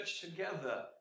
together